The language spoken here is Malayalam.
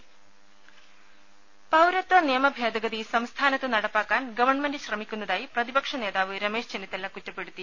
രുമ പൌരത്വ നിയമ ഭേദഗതി സംസ്ഥാനത്ത് നടപ്പാക്കാൻ ഗവൺമെന്റ് ശ്രമിക്കുന്നതായി പ്രതിപക്ഷ നേതാവ് രമേശ് ചെന്നിത്തല കുറ്റപ്പെടുത്തി